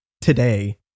today